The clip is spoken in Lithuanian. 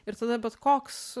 ir tada bet koks